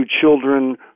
children